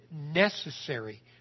necessary